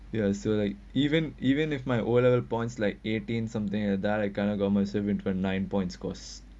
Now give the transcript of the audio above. ya so like even even if my O level points like eighteen something a direct ah government school like nine point course